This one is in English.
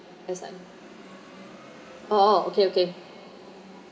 as I oh okay okay